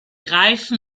reifen